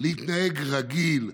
להתנהג רגיל?